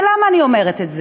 ולמה אני אומרת את זה?